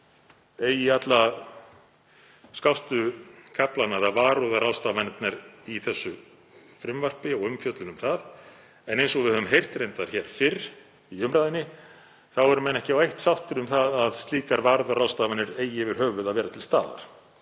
eigi alla skástu kaflana eða varúðarráðstafanirnar í frumvarpinu og í umfjöllun um það. En eins og við höfum heyrt reyndar fyrr í umræðunni þá eru menn ekki á eitt sáttir um að slíkar varúðarráðstafanir eigi yfir höfuð að vera til staðar